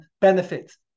benefits